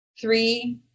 three